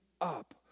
up